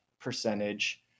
percentage